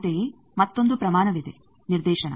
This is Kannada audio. ಅಂತೆಯೇ ಮತ್ತೊಂದು ಪ್ರಮಾಣವಿದೆ ನಿರ್ದೇಶನ